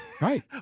Right